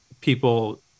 people